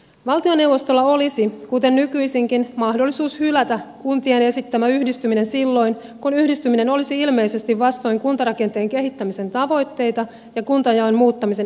valtioneuvostolla olisi kuten nykyisinkin mahdollisuus hylätä kuntien esittämä yhdistyminen silloin kun yhdistyminen olisi ilmeisesti vastoin kuntarakenteen kehittämisen tavoitteita ja kuntajaon muuttamisen edellytyksiä